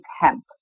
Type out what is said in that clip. hemp